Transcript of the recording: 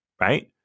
right